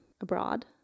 abroad